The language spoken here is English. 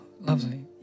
lovely